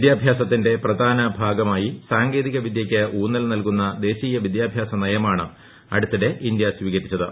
വിദ്യാഭ്യാസത്തിന്റെ പ്രധാന ഭാഗമായി സാങ്കേതിക വിദ്യയ്ക്ക് ഉഊണ്ടൽ നൽകുന്ന ദേശീയ വിദ്യാഭ്യാസ നയമാണ് അടുത്തിടെ ഇന്ത്യ സ്വീകരിച്ചത്